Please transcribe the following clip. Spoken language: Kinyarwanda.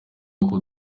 ngo